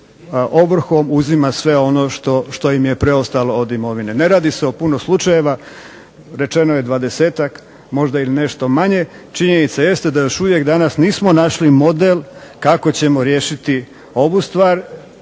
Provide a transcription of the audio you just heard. se ovrhom uzima sve ono što im je preostalo od imovine. Ne radi se o puno slučajeva. Rečeno je dvadesetak, možda ili nešto manje. Činjenica jeste da još uvijek danas nismo našli model kako ćemo riješiti ovu stvar